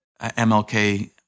MLK